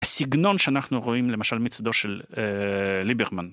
הסגנון שאנחנו רואים למשל מצדו של .. ליברמן.